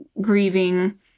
grieving